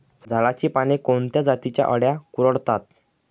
झाडाची पाने कोणत्या जातीच्या अळ्या कुरडतात?